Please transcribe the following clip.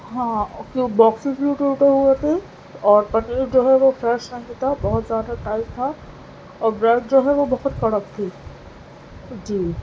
ہاں کیونکہ باکسیس ٹوٹے ہوئے تھے اور پنیر جو ہے وہ فریش نہیں تھا بہت زیادہ ٹائٹ تھا اور بریڈ جو ہے بڑی کڑک تھی جی